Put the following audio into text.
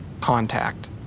contact